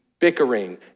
bickering